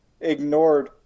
ignored